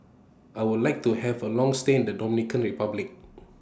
I Would like to Have A Long stay in The Dominican Republic